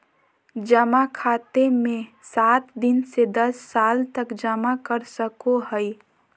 जमा खाते मे सात दिन से दस साल तक जमा कर सको हइ